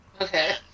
Okay